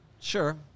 Sure